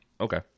Okay